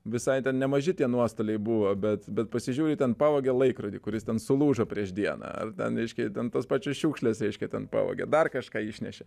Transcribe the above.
visai ten nemaži tie nuostoliai buvo bet bet pasižiūri ten pavogė laikrodį kuris ten sulūžo prieš dieną ar ten reiškia ten tas pačias šiukšles reiškia ten pavogė dar kažką išnešė